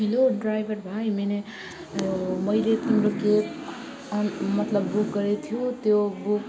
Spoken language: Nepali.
हेलो ड्राइभर भाइ मैने ओ मैले तिम्रो क्याब मतलब बुक गरेको थियो त्यो बुक